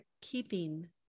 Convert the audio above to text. keeping